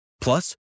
Plus